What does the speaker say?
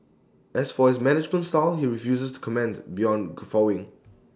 as for his management style he refuses to comment beyond guffawing